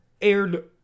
aired